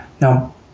Now